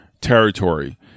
territory